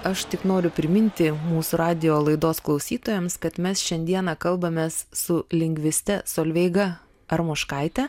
aš tik noriu priminti mūsų radijo laidos klausytojams kad mes šiandieną kalbamės su lingviste solveiga armoškaite